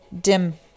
dim